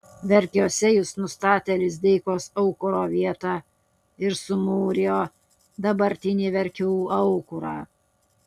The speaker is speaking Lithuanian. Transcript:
verkiuose jis nustatė lizdeikos aukuro vietą ir sumūrijo dabartinį verkių aukurą